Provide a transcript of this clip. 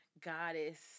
goddess